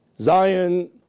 Zion